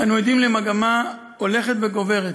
אנו עדים למגמה הולכת וגוברת